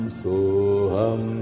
soham